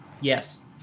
Yes